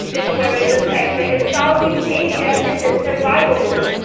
the tourism sector in southeast asia is in survival mode.